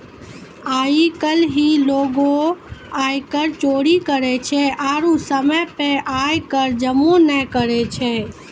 आइ काल्हि लोगें आयकर चोरी करै छै आरु समय पे आय कर जमो नै करै छै